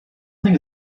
think